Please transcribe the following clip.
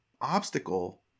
obstacle